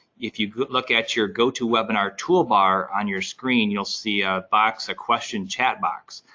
if you look at your go to webinar toolbar on your screen, you'll see a box, a question chat box.